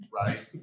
right